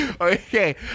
Okay